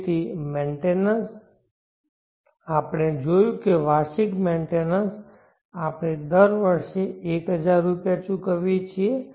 તેથી મેન્ટેનન્સ આપણે જોયું કે વાર્ષિક મેન્ટેનન્સ આપણે દર વર્ષે 1000 રૂપિયા ચૂકવીએ છીએ